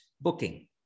booking